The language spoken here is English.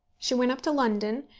she went up to london,